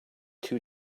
two